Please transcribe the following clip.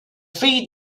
fill